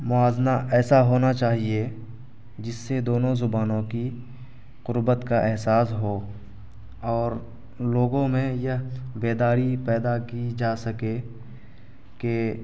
موازنہ ایسا ہونا چاہیے جس سے دونوں زبانوں کی قربت کا احساس ہو اور لوگوں میں یہ بیداری پیدا کی جا سکے کہ